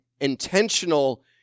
intentional